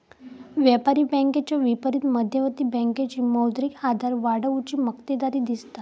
व्यापारी बँकेच्या विपरीत मध्यवर्ती बँकेची मौद्रिक आधार वाढवुची मक्तेदारी असता